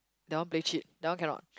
that one play cheat that one cannot